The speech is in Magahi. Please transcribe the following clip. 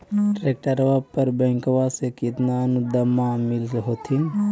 ट्रैक्टरबा पर बैंकबा से कितना अनुदन्मा मिल होत्थिन?